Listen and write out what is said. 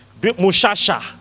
Mushasha